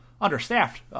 understaffed